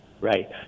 right